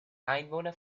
einwohner